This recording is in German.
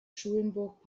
schulenburg